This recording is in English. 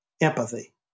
empathy